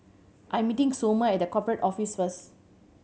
I'm meeting Somer at The Corporate Office first